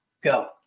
Go